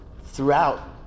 throughout